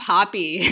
Poppy